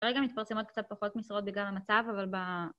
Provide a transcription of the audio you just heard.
הרגע מתפרסמות קצת פחות משרות בגלל המצב, אבל ב...